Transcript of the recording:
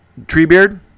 Treebeard